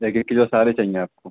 ایک ایک کلو سارے چاہئیں آپ کو